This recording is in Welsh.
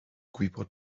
gwybod